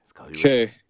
Okay